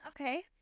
Okay